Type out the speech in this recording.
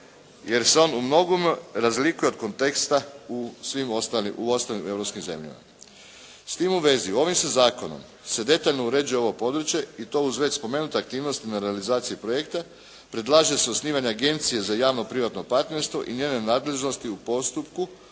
jer se on u mnogome razlikuje od konteksta u svim ostalim, u ostalim europskim zemljama. S tim u vezi, ovim se zakonom se detaljno uređuje ovo područje i to uz već spomenute aktivnosti na realizaciji projekta. Predlaže se osnivanje agencije za javno-privatno partnerstvo i njene nadležnosti u postupku,